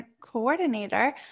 coordinator